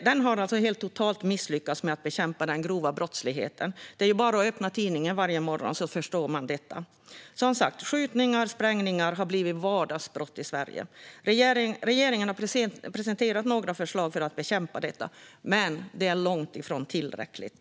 Den har totalt misslyckats med att bekämpa den grova brottsligheten. Det är bara att öppna tidningen varje dag så förstår man detta. Som sagt har skjutningar och sprängningar blivit vardagsbrott i Sverige. Regeringen har presenterat några förslag för att bekämpa detta, men det är långt ifrån tillräckligt.